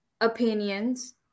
opinions